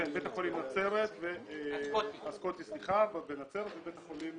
בית החולים הסקוטי בנצרת ובית החולים